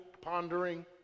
pondering